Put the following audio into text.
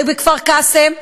ובכפר-קאסם,